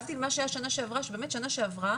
להבדיל ממה שהיה בשנה שעברה שבאמת שנה שעברה